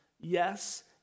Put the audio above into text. yes